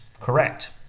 Correct